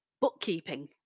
bookkeeping